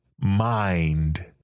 mind